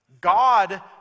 God